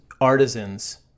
artisans